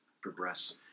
progress